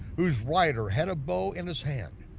whose rider had a bow in his hand.